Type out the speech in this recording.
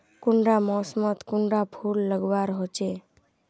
कुंडा मोसमोत कुंडा फुल लगवार होछै?